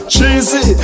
Cheesy